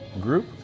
Group